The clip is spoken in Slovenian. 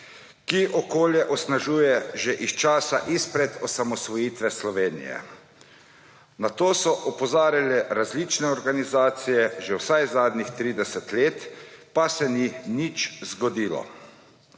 ki okolje onesnažuje že iz časa izpred osamosvojitve Slovenije. Na to so opozarjale različne organizacije že vsaj zadnjih 30 let, pa se ni nič zgodilo.